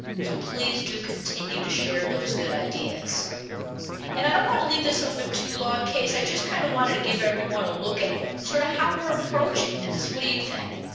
so please do continue to share those good ideas and i don't want to leave this open too long casey. i just kind of wanted to give everyone a look at sort of how we're approaching this what do you think?